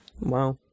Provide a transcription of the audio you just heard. Wow